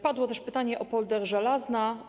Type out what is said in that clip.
Padło też pytanie o polder Żelazna.